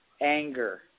anger